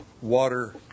water